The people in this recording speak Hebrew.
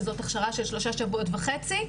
שזאת הכשרה של שלושה שבועות וחצי.